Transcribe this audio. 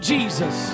Jesus